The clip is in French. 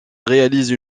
réalise